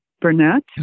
Burnett